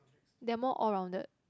they're more all rounded